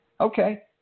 Okay